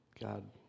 god